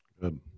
Good